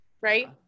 Right